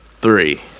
three